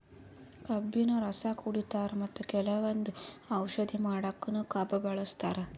ಕಬ್ಬಿನ್ ರಸ ಕುಡಿತಾರ್ ಮತ್ತ್ ಕೆಲವಂದ್ ಔಷಧಿ ಮಾಡಕ್ಕನು ಕಬ್ಬ್ ಬಳಸ್ತಾರ್